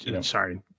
sorry